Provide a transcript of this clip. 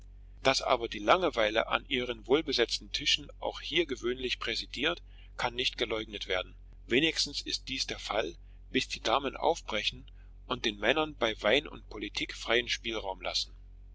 daß aber die langeweile an ihren wohlbesetzten tischen auch hier gewöhnlich präsidiert kann nicht geleugnet werden wenigstens ist dies der fall bis die damen aufbrechen und den männern bei wein und politik freien spielraum lassen